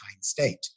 state